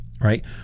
right